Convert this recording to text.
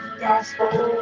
gospel